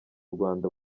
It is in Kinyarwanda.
rwanda